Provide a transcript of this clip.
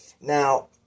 Now